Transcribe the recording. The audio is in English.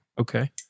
Okay